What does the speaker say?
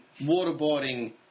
waterboarding